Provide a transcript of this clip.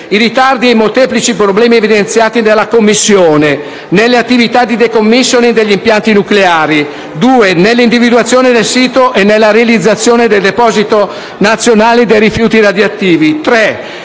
I ritardi e i molteplici problemi evidenziati dalla Commissione riguardano: le attività di *decommissioning* degli impianti nucleari, l'individuazione del sito e la realizzazione del deposito nazionale dei rifiuti radioattivi; la